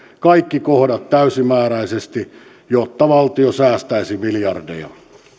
kaikki kohdat täysimääräisesti jotta valtio säästäisi miljardeja